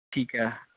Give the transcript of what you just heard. ਠੀਕ ਆ